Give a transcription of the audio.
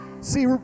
See